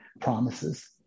promises